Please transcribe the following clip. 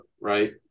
right